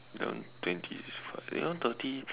eleven twenty is fine eleven thirty